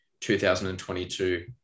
2022